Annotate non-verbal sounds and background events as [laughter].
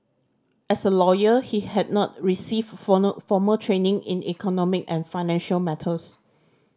as a lawyer he had not received [unintelligible] formal training in economic and financial matters